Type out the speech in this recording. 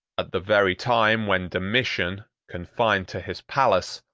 at the very time when domitian, confined to his palace,